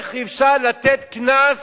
איך אפשר לתת קנס